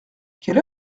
quelle